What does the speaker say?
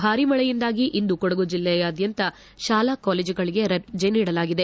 ಭಾರೀ ಮಳೆಯಿಂದಾಗಿ ಇಂದು ಕೊಡಗು ಜೆಲ್ಲೆಯಾದ್ಯಂತ ಶಾಲಾ ಕಾಲೇಜುಗಳಿಗೆ ರಜೆ ನೀಡಲಾಗಿದೆ